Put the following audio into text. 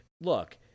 look